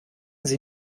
sie